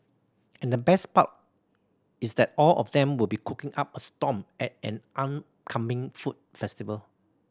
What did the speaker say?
and the best part is that all of them will be cooking up a storm at an on coming food festival